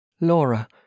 Laura